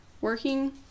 Working